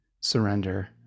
surrender